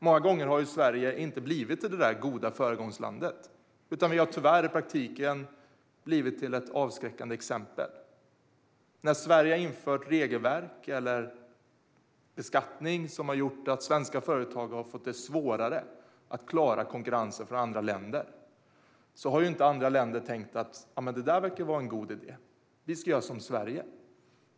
Många gånger har Sverige inte blivit det goda föregångslandet, utan Sverige har tyvärr i praktiken blivit ett avskräckande exempel. När Sverige har infört regelverk eller beskattning som har gjort att svenska företag har fått det svårare att klara konkurrensen från andra länder har inte andra länder tänkt att det verkar vara en god idé och att de ska göra som Sverige.